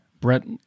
Brett